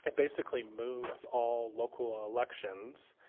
and basically moves all local ah elections,